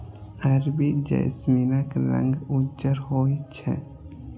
अरबी जैस्मीनक रंग उज्जर होइ छै